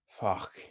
Fuck